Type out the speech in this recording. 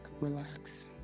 relax